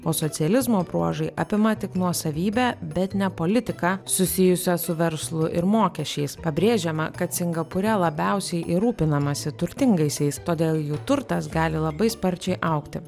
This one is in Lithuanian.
o socializmo bruožai apima tik nuosavybę bet ne politiką susijusią su verslu ir mokesčiais pabrėžiama kad singapūre labiausiai ir rūpinamasi turtingaisiais todėl jų turtas gali labai sparčiai augti